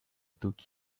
took